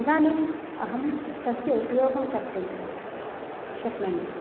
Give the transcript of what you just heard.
इदानीम् अहं तस्य उपयोगं कर्तुं शक्नोमि